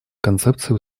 концепции